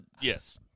Yes